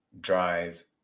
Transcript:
drive